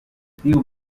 tiu